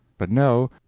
but no,